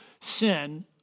sin